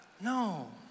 No